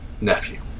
nephew